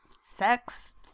sex